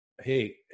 hey